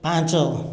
ପାଞ୍ଚ